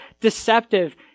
deceptive